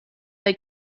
they